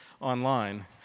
online